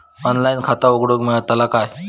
Online खाता उघडूक मेलतला काय?